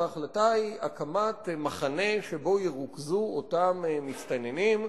וההחלטה היא הקמת מחנה שבו ירוכזו אותם מסתננים,